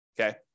okay